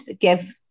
give